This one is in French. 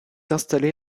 installé